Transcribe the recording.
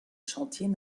chantiers